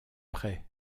près